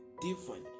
different